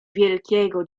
wielkiego